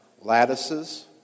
lattices